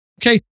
Okay